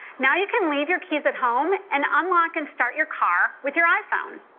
now you can leave your keys at home and unlock and start your car with your iphone.